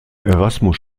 erasmus